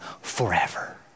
forever